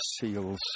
seals